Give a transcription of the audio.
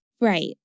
Right